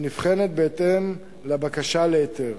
והיא נבחנת בהתאם לבקשה להיתר.